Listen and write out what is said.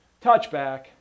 touchback